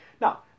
Now